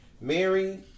Mary